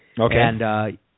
Okay